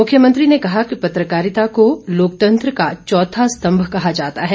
मुख्यमंत्री ने कहा कि पत्रकारिता को लोकतंत्र का चौथा स्तम्भ कहा जाता है